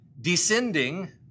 descending